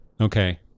Okay